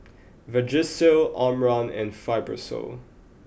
Vagisil Omron and Fibrosol